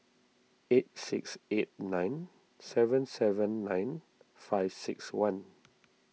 eight six eight nine seven seven nine five six one